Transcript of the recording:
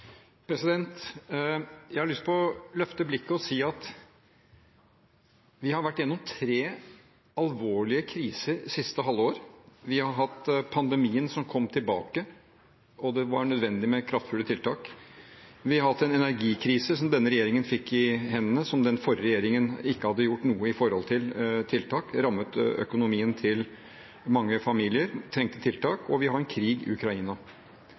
å løfte blikket og si at vi har vært gjennom tre alvorlige kriser siste halvår: Vi har hatt pandemien som kom tilbake, og det var nødvendig med kraftfulle tiltak. Vi har hatt en energikrise, som denne regjeringen fikk i hendene, og som den forrige regjeringen ikke hadde gjort noe med når det gjelder tiltak, og den rammet økonomien til mange familier. Og vi har en krig i Ukraina.